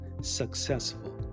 successful